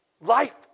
Life